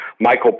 Michael